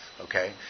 okay